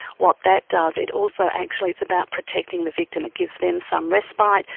what that does it also actually it's about protecting the victim, it gives them some respite,